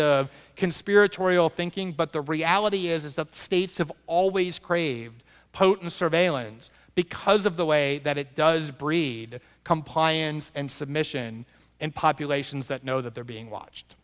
of conspiratorial thinking but the reality is is that states have always craved potent surveillance because of the way that it does breed compliance and submission in populations that know that they're being watched